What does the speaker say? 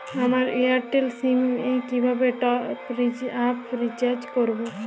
আমার এয়ারটেল সিম এ কিভাবে টপ আপ রিচার্জ করবো?